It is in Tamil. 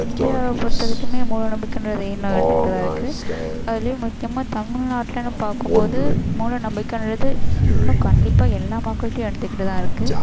இந்தியாவை பொறுத்தவரைக்குமே மூட நம்பிக்கைன்றது இன்னும் இருந்துக்கிட்டு தான் இருக்குது அதுலேயும் முக்கியமாக தமிழ் நாட்டில்னு பார்க்கும் போது மூட நம்பிக்கைன்றது இன்னும் கண்டிப்பாக எல்லா மக்கள்கிட்டையும் இருந்துக்கிட்டு தான் இருக்குது